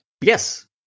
Yes